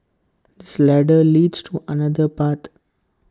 this ladder leads to another part